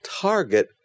target